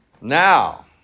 Now